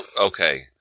Okay